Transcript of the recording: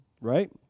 right